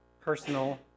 personal